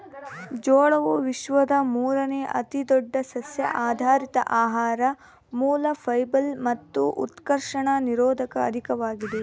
ಜೋಳವು ವಿಶ್ವದ ಮೂರುನೇ ಅತಿದೊಡ್ಡ ಸಸ್ಯಆಧಾರಿತ ಆಹಾರ ಮೂಲ ಫೈಬರ್ ಮತ್ತು ಉತ್ಕರ್ಷಣ ನಿರೋಧಕ ಅಧಿಕವಾಗಿದೆ